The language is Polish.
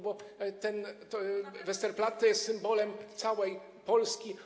bo Westerplatte jest symbolem całej Polski.